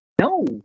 no